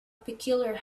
peculiar